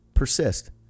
Persist